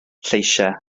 lleisiau